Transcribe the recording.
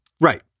Right